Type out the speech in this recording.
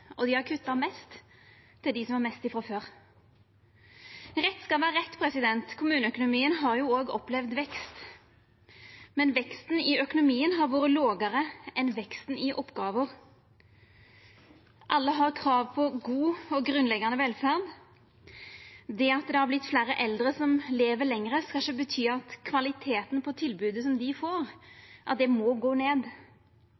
og dei har kutta mest til dei som har mest frå før. Rett skal vera rett – kommuneøkonomien har òg opplevd vekst, men veksten i økonomien har vore lågare enn veksten i oppgåver. Alle har krav på god og grunnleggjande velferd. Det at det har vorte fleire eldre som lever lenger, skal ikkje bety at kvaliteten på tilbodet som dei